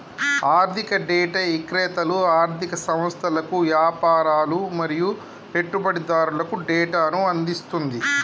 ఆర్ధిక డేటా ఇక్రేతలు ఆర్ధిక సంస్థలకు, యాపారులు మరియు పెట్టుబడిదారులకు డేటాను అందిస్తుంది